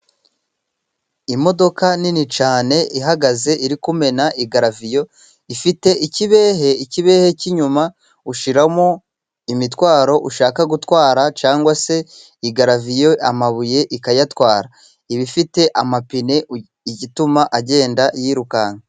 Imodoka nini cyane ihagaze iri kumena igaraviyo. Ifite ikibehe, ikibehe cy'inyuma ushyiramo imitwaro ushaka gutwara, cyangwa se igaraviyo, amabuye ikayatwara iba ifite amapine atuma igenda yirukanka.